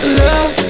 love